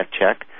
check